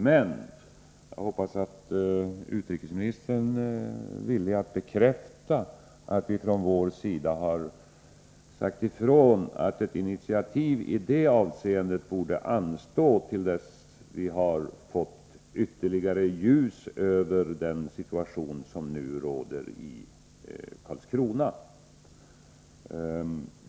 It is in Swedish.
Men jag hoppas att utrikesministern är villig att bekräfta att vi från vår sida har sagt ifrån att ett initiativ i detta avseende borde anstå till dess vi har fått ytterligare ljus över den situation som nu råder i Karlskrona.